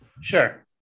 Sure